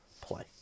play